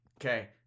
Okay